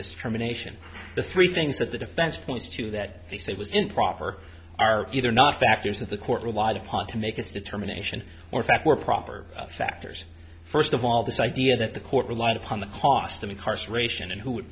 determination the three things that the defense points to that he said was improper are either not factors that the court relied upon to make its determination or fact were proper factors first of all this idea that the court relied upon the cost of incarceration and who would